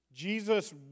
Jesus